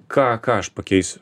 ką ką aš pakeisiu